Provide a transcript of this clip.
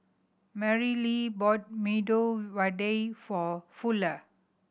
Marylee bought Medu Vada for Fuller